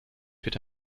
bitte